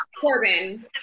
Corbin